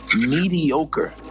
mediocre